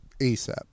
ASAP